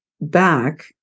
back